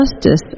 justice